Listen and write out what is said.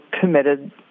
committed